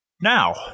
Now